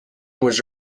was